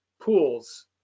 pools